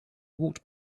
walked